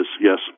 yes